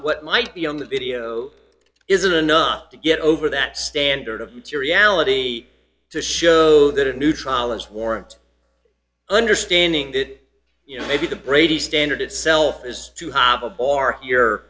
what might be on the video isn't enough to get over that standard of materiality to show that a new trial is warrant understanding that you know maybe the brady standard itself has to have a